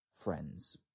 Friends